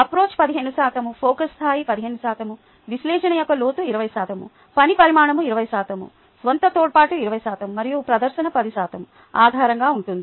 approach 15 శాతం focus స్థాయి 15 శాతం విశ్లేషణ యొక్క లోతు 20 శాతం పని పరిమాణం 20 శాతం స్వంత తోడ్పాటు 20 శాతం మరియు ప్రదర్శన 10 శాతం ఆధారంగా ఉంటుంది